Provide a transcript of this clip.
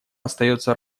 остается